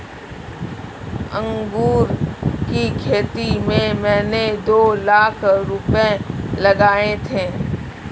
अंगूर की खेती में मैंने दो लाख रुपए लगाए थे